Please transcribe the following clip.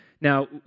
Now